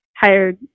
hired